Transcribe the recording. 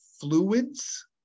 fluids